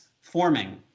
forming